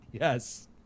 Yes